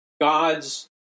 God's